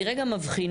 אני רגע מבחינה,